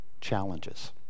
challenges